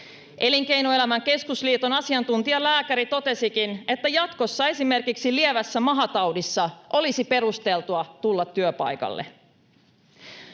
Elinkeinoelämän keskusliiton asiantuntijalääkäri totesikin, että jatkossa esimerkiksi lievässä mahataudissa olisi perusteltua tulla työpaikalle.